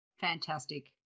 fantastic